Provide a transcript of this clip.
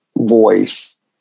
voice